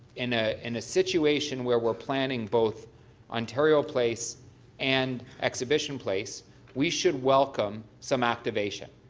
and ah and situation where we're planning both ontario place and exhibition place we should welcome some activation.